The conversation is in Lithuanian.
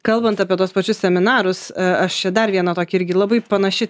kalbant apie tuos pačius seminarus aš čia dar vieną tokį irgi labai panaši